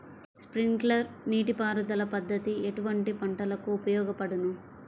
Sprinkler నీటిపారుదల పద్దతి ఎటువంటి పంటలకు ఉపయోగపడును?